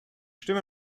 stimme